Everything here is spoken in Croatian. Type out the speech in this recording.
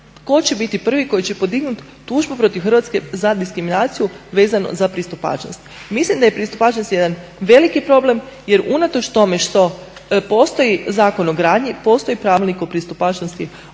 tko će biti prvi koji će podignuti tužbu protiv Hrvatske za diskriminaciju vezano za pristupačnost. Mislim da je pristupačnost jedan veliki problem, jer unatoč tome što postoji Zakon o gradnji postoji Pravilnik o pristupačnosti